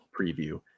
preview